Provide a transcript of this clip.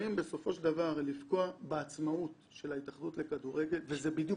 שבאים לפגוע בעצמאות של ההתאחדות לכדורגל וזה בדיוק